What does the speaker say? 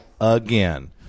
again